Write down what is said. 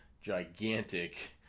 gigantic